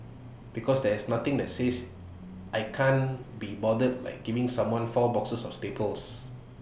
because there is nothing that says I can't be bothered like giving someone four boxes of staples